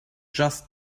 just